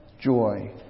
joy